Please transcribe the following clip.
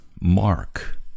mark